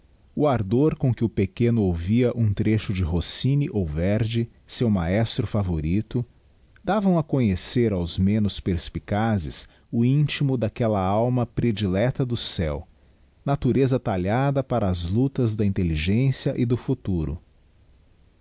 o ardor com que o pequeno ouvia um trecho de rossini ou verdi seu maestro favorito davam a conhecer aos menos perspicazes o intimo daquella alma predilecta do céu natureza talhada para as luctas da intelligencia e do futuro